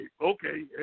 Okay